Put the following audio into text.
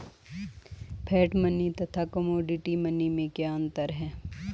Fiat money तथा commodity money में क्या अंतर है?